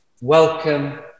welcome